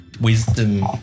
Wisdom